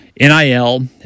NIL